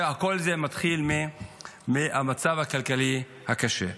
כל זה מתחיל מהמצב הכלכלי הקשה.